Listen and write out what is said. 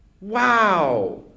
Wow